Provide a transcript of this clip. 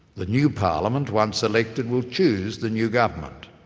the new parliament, once elected, will choose the new government.